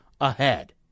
ahead